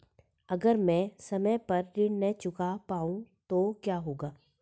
अगर म ैं समय पर ऋण न चुका पाउँ तो क्या होगा?